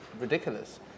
ridiculous